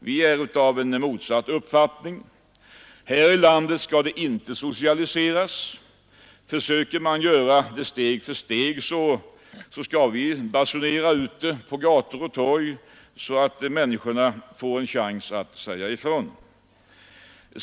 Vi är av motsatt uppfattning. Här i landet skall det inte socialiseras. Försöker man göra det steg för steg skall vi basunera ut det gator och torg, så att människorna får en chans att säga ifrån.